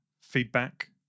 feedback